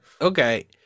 okay